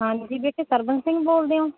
ਹਾਂਜੀ ਬੇਟੇ ਸਰਵਨ ਸਿੰਘ ਬੋਲਦੇ ਹੋ